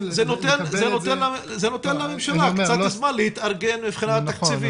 זה נותן לממשלה קצת זמן להתארגן מבחינה תקציבית.